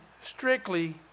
strictly